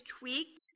tweaked